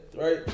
right